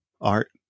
art